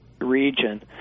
region